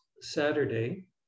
Saturday